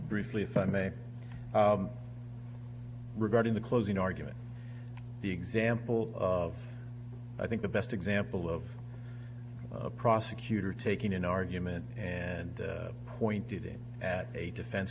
briefly if i may regarding the closing argument the example of i think the best example of a prosecutor taking an argument and pointed it at a defense